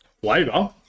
flavor